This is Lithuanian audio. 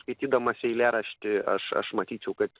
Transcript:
skaitydamas eilėraštį aš aš matyčiau kad